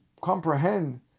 comprehend